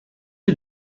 you